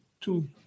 two